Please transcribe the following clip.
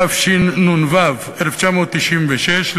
התשנ"ו 1996,